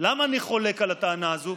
למה אני חולק על הטענה הזאת?